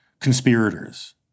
conspirators